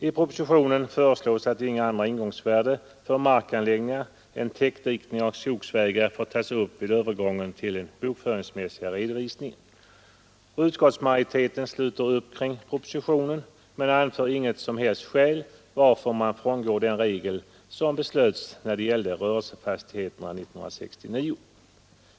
I propositionen föreslås att inga andra ingångsvärden för markanläggningar än täckdiken och skogsvägar får tas upp vid övergången till den bokföringsmässiga redovisningen. Utskottsmajoriteten sluter upp kring propositionen men anför inget som helst skäl varför man frångår den regel som beslöts när det gällde rörelsefastigheterna 1969.